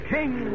King